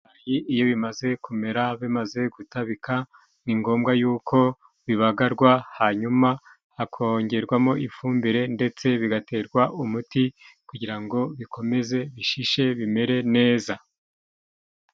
Iyo bimaze kumera, bimaze gutabika ni ngombwa y'uko bibagarwa hanyuma hakongerwamo ifumbire, ndetse bigaterwa umuti, kugira ngo bikomeze bishishe bimere neza.